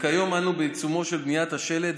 וכיום אנו בעיצומו של בניית השלד.